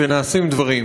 ונעשים דברים,